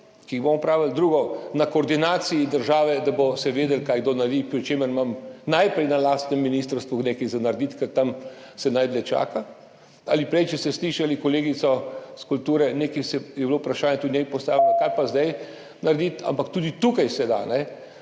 ki jih bomo opravili, drugo na koordinaciji države, da se bo vedelo, kaj kdo naredi, pri čemer imam najprej na lastnem ministrstvu nekaj narediti, ker se tam najdlje čaka, ali če ste prej slišali kolegico s kulture, je bilo vprašanje tudi njej postavljeno, kaj pa zdaj narediti – ampak tudi tukaj se da.